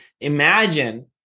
imagine